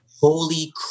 holy